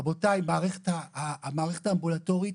רבותיי, המערכת האמבולטורית